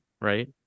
right